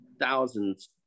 thousands